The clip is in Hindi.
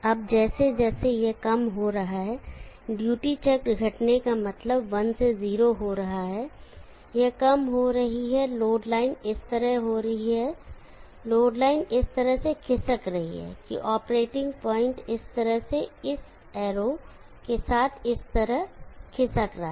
अब जैसे जैसे यह कम हो रहा है ड्यूटी चक्र घटने का मतलब 1 से 0 हो रहा है लोड लाइन इस तरह से खिसक रही है कि ऑपरेटिंग पॉइंट इस तरह से इस एरो के साथ इस तरह से खिसक रहा है